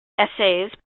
essays